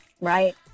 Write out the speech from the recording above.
Right